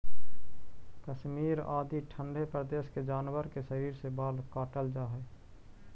कश्मीर आदि ठण्ढे प्रदेश के जानवर के शरीर से बाल काटल जाऽ हइ